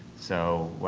so,